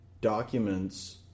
documents